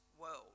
world